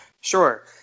Sure